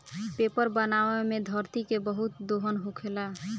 paper बनावे मे धरती के बहुत दोहन होखेला